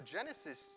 Genesis